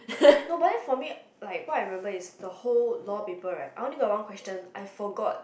no but then for me like what I remember is the whole law paper right I only got one question I forgot